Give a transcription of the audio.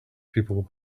people